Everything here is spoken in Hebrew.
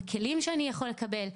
בכלים שאני יכול לקבל.